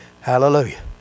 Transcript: Hallelujah